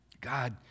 God